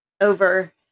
over